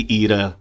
era